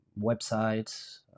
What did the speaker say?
websites